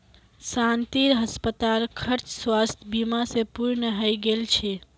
शांतिर अस्पताल खर्च स्वास्थ बीमा स पूर्ण हइ गेल छ